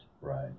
Right